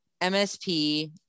MSP